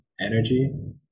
energy